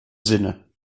sinne